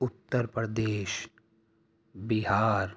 Uttar Pradesh Bihar